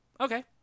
okay